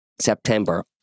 September